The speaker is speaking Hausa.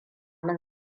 min